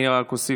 אני רק אוסיף